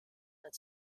het